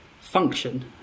function